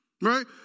Right